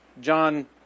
John